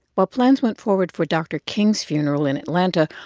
while plans went forward for dr. king's funeral in atlanta,